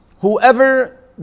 Whoever